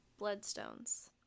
bloodstones